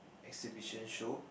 exhibition show